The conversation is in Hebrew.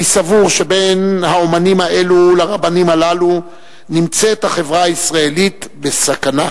אני סבור שבין האמנים האלה לרבנים הללו נמצאת החברה הישראלית בסכנה.